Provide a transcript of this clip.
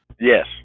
Yes